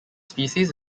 species